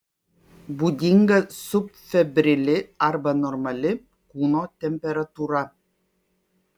būdinga subfebrili arba normali kūno temperatūra